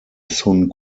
sun